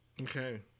Okay